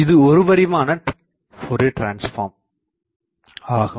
இது ஒருபரிமாண Fourier transform ஆகும்